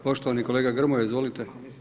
Poštovani kolega Grmoja, izvolite.